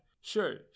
sure